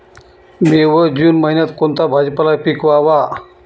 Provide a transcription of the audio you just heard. मे व जून महिन्यात कोणता भाजीपाला पिकवावा?